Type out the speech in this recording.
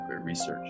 research